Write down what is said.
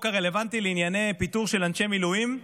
הרלוונטי לענייני פיטורים של אנשי מילואים.